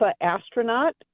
astronaut